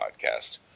podcast